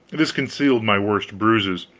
this concealed my worst bruises.